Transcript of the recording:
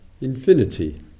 infinity